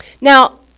Now